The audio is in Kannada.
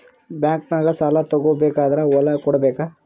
ಬ್ಯಾಂಕ್ನಾಗ ಸಾಲ ತಗೋ ಬೇಕಾದ್ರ್ ಹೊಲ ಕೊಡಬೇಕಾ?